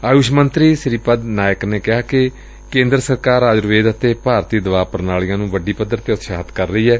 ਆਯੁਸ਼ ਮੰਤਰੀ ਸ੍ਰੀਪਦ ਨਾਇਕ ਨੇ ਕਿਹਾ ਕਿ ਕੇਂਦਰ ਸਰਕਾਰ ਆਯੁਰਵੇਦ ਅਤੇ ਭਾਰਤੀ ਦਵਾ ਪ੍ਰਣਾਲੀਆਂ ਨੂੰ ਵੱਡੀ ਪੱਧਰ ਤੇ ਉਤਸ਼ਾਹਿਤ ਕਰ ਰਹੀ ਏ